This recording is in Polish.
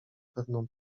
pewną